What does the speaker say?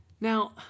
Now